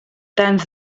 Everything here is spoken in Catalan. tants